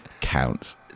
counts